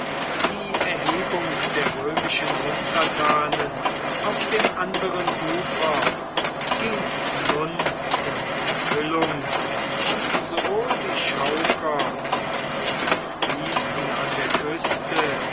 die erhebung der römischen untertanen auf dem anderen ufer ging nun in erfüllung und sowohl die chauker und die friesen an der küste